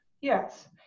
yes